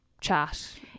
chat